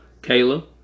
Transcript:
Kayla